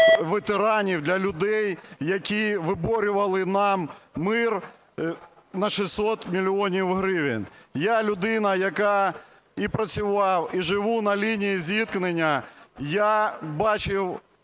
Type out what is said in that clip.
ветеранів, для людей, які виборювали нам мир, на 600 мільйонів гривень. Я – людина, яка і працювала і живе на лінії зіткнення, я бачив